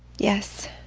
yes,